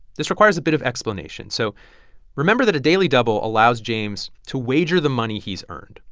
this requires a bit of explanation. so remember that a daily double allows james to wager the money he's earned.